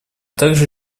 также